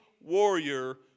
warrior